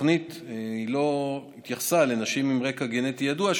התוכנית לא התייחסה לנשים עם רקע גנטי ידוע,